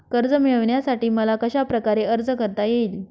कर्ज मिळविण्यासाठी मला कशाप्रकारे अर्ज करता येईल?